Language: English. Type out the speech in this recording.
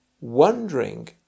wondering